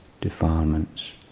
defilements